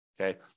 Okay